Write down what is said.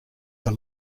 the